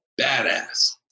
badass